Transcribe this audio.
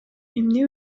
эмне